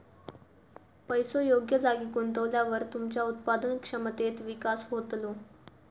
पैसो योग्य जागी गुंतवल्यावर तुमच्या उत्पादन क्षमतेत विकास होतलो